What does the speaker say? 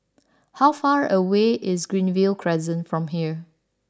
how far away is Greenview Crescent from here